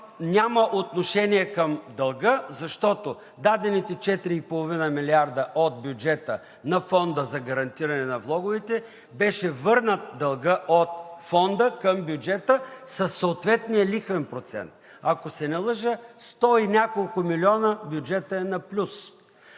няма отношение към дълга, защото дадените четири и половина милиарда от бюджета на Фонда за гарантиране на влоговете беше върнат дългът от Фонда към бюджета със съответния лихвен процент. Ако не се лъжа, сто и няколко милиона бюджетът е на плюс.